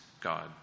God